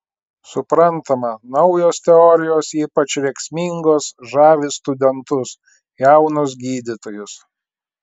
suprantama naujos teorijos ypač rėksmingos žavi studentus jaunus gydytojus